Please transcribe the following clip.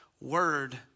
word